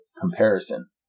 comparison